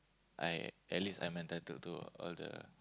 I at least I'm entitled to other